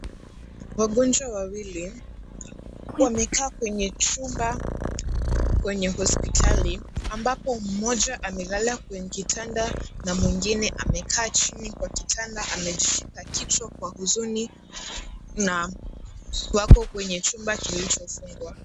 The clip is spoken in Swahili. Wagonjwa wawili wamekaa kwenye chumba kwenye hospitali ,ambapo mmoja amelala kwenye kitanda na mwingine amekaa chini kwa kitanda na amejishika kichwa kwa huzuni, na wako kwenye chumba kilichofungwa .